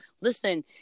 listen